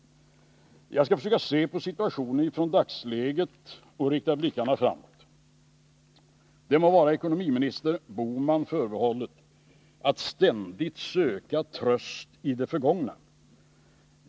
Jag skall försöka se på situationen utifrån dagsläget och rikta blickarna framåt. Det må vara ekonomiminister Bohman förbehållet att ständigt söka tröst i det förgångna.